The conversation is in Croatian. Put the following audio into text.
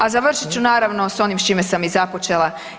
A završit ću naravno sa onim s čime sam i započela.